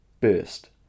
burst